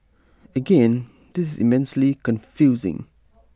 again this is immensely confusing